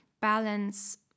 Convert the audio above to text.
balance